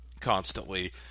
constantly